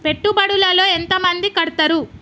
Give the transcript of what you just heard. పెట్టుబడుల లో ఎంత మంది కడుతరు?